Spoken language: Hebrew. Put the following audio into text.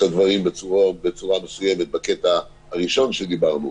הדברים בצורה מסוימת בקטע הראשון שדיברנו,